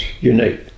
unique